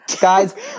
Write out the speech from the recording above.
Guys